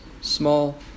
small